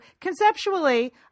conceptually